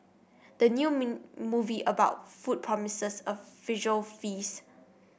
the new mean movie about food promises a visual feast